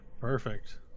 perfect